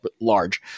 large